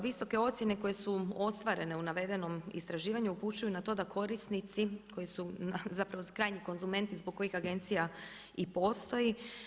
Visoke ocjene koje su ostvarene u navedenom istraživanju upućuju na to da korisnici koji su zapravo krajnji konzumenti zbog kojih agencija i postoji.